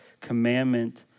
commandment